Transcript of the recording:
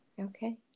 Okay